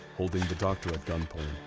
holding the doctor at gunpoint.